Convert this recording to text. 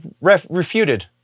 refuted